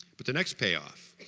but the next payoff